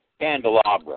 candelabra